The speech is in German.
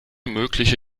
mögliche